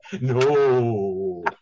No